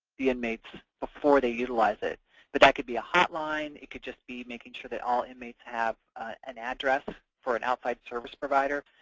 the inmates before they utilize it. but that could be a hotline, it could just be making sure that all inmates have an address for an outside service provider,